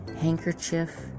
handkerchief